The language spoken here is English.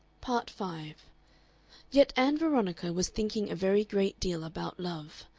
part five yet ann veronica was thinking a very great deal about love.